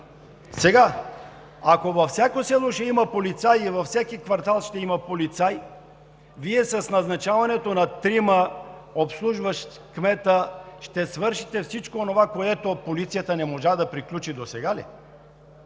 Ако във всяко село и във всеки квартал ще има полицай, Вие с назначаването на трима, обслужващи кмета, ще свършите всичко онова, което полицията не можа да приключи досега ли?!